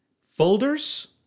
Folders